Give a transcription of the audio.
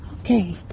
Okay